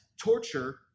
torture